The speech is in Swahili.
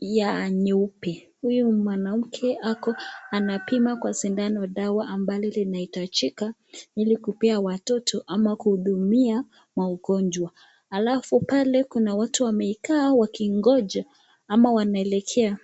ya nyeupe. Huyu mwanamke ako anapima kwa sindano dawa ambalo linahitajika ili kupea watoto ama kuhudumia maugonjwa. Alafu pale kuna watu wamekaa wakingoja ama wanaelekea.